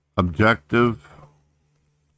objective